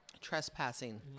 trespassing